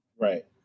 Right